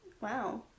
Wow